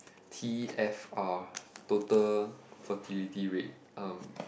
t_f_r total fertility rate uh